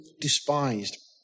despised